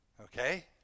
Okay